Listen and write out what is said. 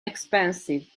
expensive